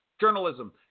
journalism